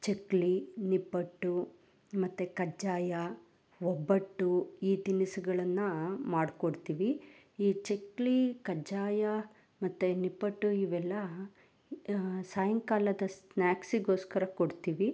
ಚಕ್ಕುಲಿ ನಿಪ್ಪಟ್ಟು ಮತ್ತು ಕಜ್ಜಾಯ ಒಬ್ಬಟ್ಟು ಈ ತಿನಿಸುಗಳನ್ನು ಮಾಡಿಕೊಡ್ತೀವಿ ಈ ಚಕ್ಕುಲಿ ಕಜ್ಜಾಯ ಮತ್ತು ಈ ನಿಪ್ಪಟ್ಟು ಇವೆಲ್ಲ ಸಾಯಂಕಾಲದ ಸ್ನ್ಯಾಕ್ಸಿಗೋಸ್ಕರ ಕೊಡ್ತೀವಿ